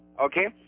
Okay